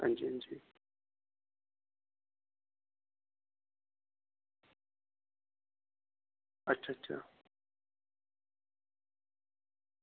हां जी हां जी अच्छा अच्छा